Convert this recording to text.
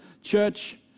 Church